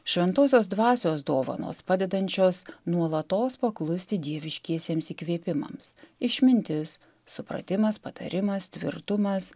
šventosios dvasios dovanos padedančios nuolatos paklusti dieviškiesiems įkvėpimams išmintis supratimas patarimas tvirtumas